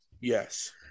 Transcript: Yes